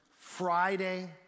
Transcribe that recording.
Friday